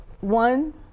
one